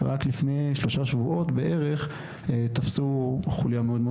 רק לפני שלושה שבועות בערך תפסו חוליה מאוד מאוד